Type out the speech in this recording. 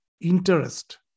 interest